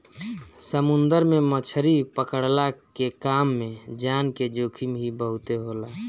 समुंदर में मछरी पकड़ला के काम में जान के जोखिम ही बहुते होला